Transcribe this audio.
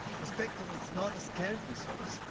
spectrum is not a scarce resource.